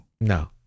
No